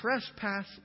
trespass